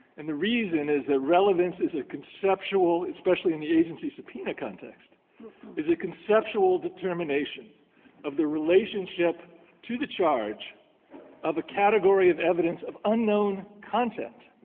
and the reason is that relevance is a conceptual especially in the agency subpoena context is a conceptual determination of the relationship to the charge of a category of evidence of unknown content.